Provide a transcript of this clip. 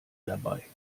dabei